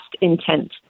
intent